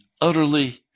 utterly